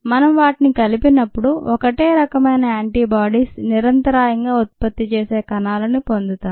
మనం వాటిని కలిపనప్పుడు ఒకటే రకమైన యాంటీబాడీస్ నిరంతరాయంగా ఉత్పత్తి చేసే కణాలని పొందుతాం